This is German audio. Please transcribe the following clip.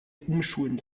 umschulen